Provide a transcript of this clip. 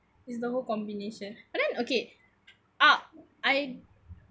is the whole combination and then okay ah I